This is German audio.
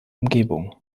umgebung